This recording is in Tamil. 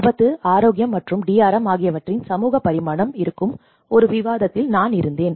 ஆபத்து ஆரோக்கியம் மற்றும் DRM ஆகியவற்றின் சமூக பரிமாணம் இருக்கும் ஒரு விவாதத்தில் நான் இருந்தேன்